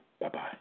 Bye-bye